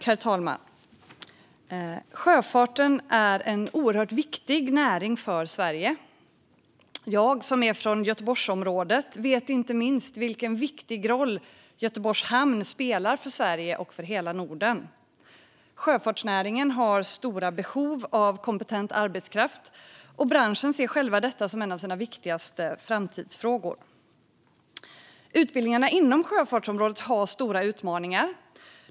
Herr talman! Sjöfarten är en oerhört viktig näring för Sverige. Jag, som är från Göteborgsområdet, vet inte minst vilken viktig roll Göteborgs hamn spelar för Sverige och för hela Norden. Sjöfartsnäringen har stora behov av kompetent arbetskraft, och branschen ser själv detta som en av sina viktigaste framtidsfrågor. Utbildningarna inom sjöfartsområdet har stora utmaningar.